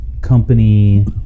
company